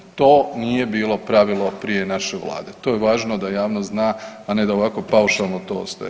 To nije bilo pravilo prije naše vlade, to je važno da javnost zna, a ne da ovako paušalno to ostaje.